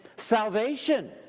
Salvation